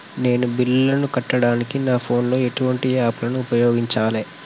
నేను బిల్లులను కట్టడానికి నా ఫోన్ లో ఎటువంటి యాప్ లను ఉపయోగించాలే?